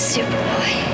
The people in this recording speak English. Superboy